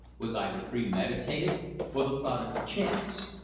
was either premeditated or the product of chance.